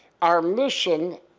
our mission,